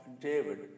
David